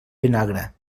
vinagre